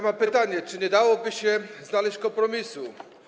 Mam pytanie, czy nie dałoby się znaleźć kompromisu.